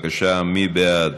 מי בעד?